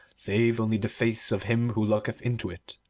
save only the face of him who looketh into it.